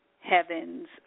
heavens